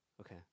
okay